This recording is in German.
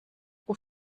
ruf